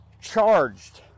charged